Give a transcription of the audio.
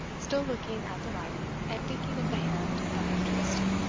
still looking at the writing, and thinking of the hand that had traced it.